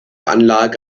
anlage